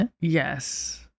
yes